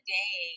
day